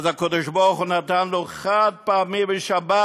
אז הקדוש-ברוך-הוא נתן לנו חד-פעמי בשבת,